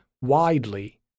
widely